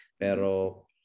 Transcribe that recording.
Pero